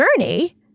journey